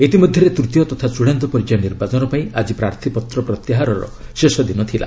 ଇତିମଧ୍ୟରେ ତୃତୀୟ ତଥା ଚୂଡ଼ାନ୍ତ ପର୍ଯ୍ୟାୟ ନିର୍ବାଚନ ପାଇଁ ଆଜି ପ୍ରାର୍ଥୀପତ୍ର ପ୍ରତ୍ୟାହାରର ଶେଷ ଦିନ ଥିଲା